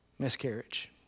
miscarriage